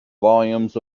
volumes